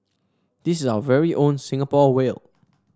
this is our very own Singapore whale